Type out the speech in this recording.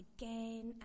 again